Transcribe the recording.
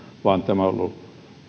vaan tämä on ollut